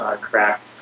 crack